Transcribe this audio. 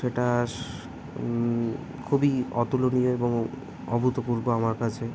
সেটা খুবই অতুলনীয় এবং অভূতপূর্ব আমার কাছে